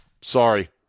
Sorry